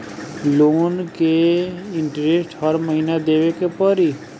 Loan के interest हर महीना देवे के पड़ी?